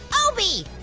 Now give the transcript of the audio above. ohbee,